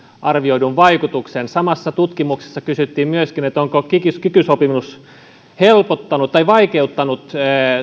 arvioidun vaikutuksen samassa tutkimuksessa kysyttiin myöskin onko kiky kiky sopimus vaikeuttanut